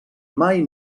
mai